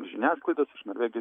žiniasklaidos iš norvegijos